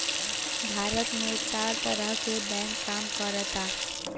भारत में चार तरह के बैंक काम करऽता